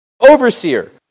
Overseer